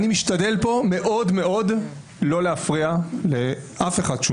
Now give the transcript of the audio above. אני משתדל מאוד מאוד לא להפריע לאף אחד כשהוא